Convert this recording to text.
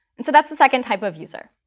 and so that's the second type of user.